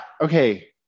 okay